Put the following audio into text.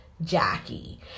Jackie